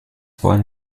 wollen